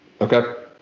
Okay